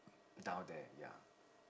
down there ya